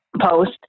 post